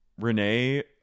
Renee